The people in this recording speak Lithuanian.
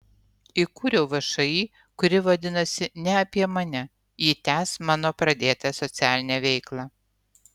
įkūriau všį kuri vadinasi ne apie mane ji tęs mano pradėtą socialinę veiklą